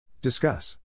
Discuss